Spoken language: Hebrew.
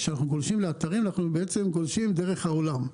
כשאנחנו גולשים באתרים אנחנו בעצם גולשים דרך העולם.